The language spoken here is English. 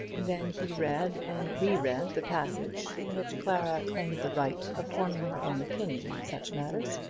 then he read and re-read the passage in which clara claimed the right of forming her own opinion in such matters.